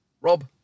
Rob